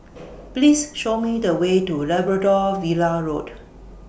Please Show Me The Way to Labrador Villa Road